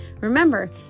Remember